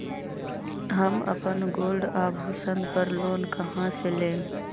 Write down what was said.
हम अपन गोल्ड आभूषण पर लोन कहां से लेम?